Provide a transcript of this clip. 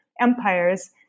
empires